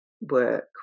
work